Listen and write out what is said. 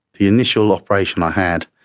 the initial operation i had,